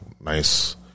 nice